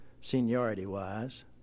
seniority-wise